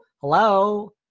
hello